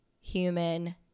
human